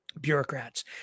Bureaucrats